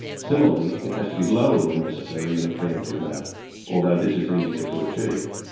similarly, it has to be lowered where necessary in a pre-emptive manner although this is easier to achieve.